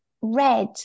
red